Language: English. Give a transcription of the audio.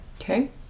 Okay